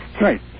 Right